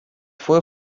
fue